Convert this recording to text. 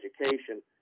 education